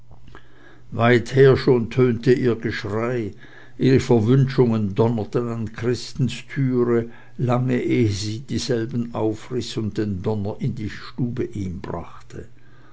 weither schon tönte ihr geschrei ihre verwünschungen donnerten an christes türe lange ehe sie dieselbe aufriß und den donner in die stube ihm brachte